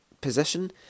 position